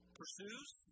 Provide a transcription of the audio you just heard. pursues